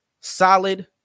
solid